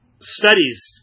studies